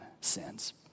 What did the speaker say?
sins